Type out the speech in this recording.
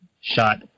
shot